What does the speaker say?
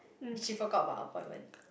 she forgot about appointment